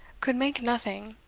could make nothing.